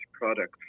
products